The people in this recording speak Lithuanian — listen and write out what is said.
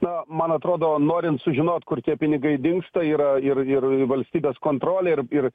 na man atrodo norint sužinot kur tie pinigai dingsta yra ir ir valstybės kontrolė ir ir